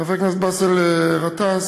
חבר הכנסת באסל גטאס,